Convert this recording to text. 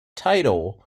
title